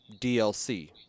DLC